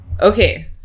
Okay